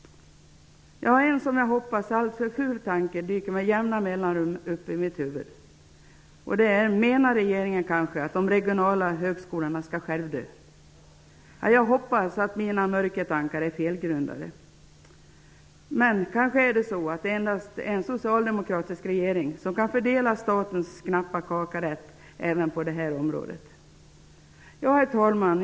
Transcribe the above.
En som jag hoppas alltför ful tanke dyker med jämna mellanrum upp i mitt huvud: Menar regeringen kanske att de regionala högskolorna skall självdö? Jag hoppas att mina mörkertankar är felgrundade. Det kanske är så att endast en socialdemokratisk regering kan fördela statens knappa kaka rätt även på detta område. Herr talman!